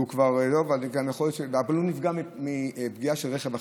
אבל הוא נפגע מרכב אחר.